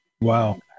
Wow